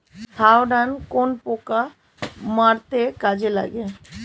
Thiodan কোন পোকা মারতে কাজে লাগে?